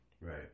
Right